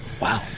Wow